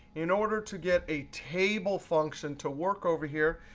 in order to get a table function to work over here,